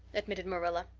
admitted marilla.